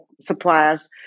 suppliers